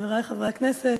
חברי חברי הכנסת,